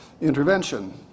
intervention